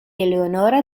eleonora